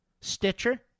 Stitcher